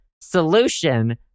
solution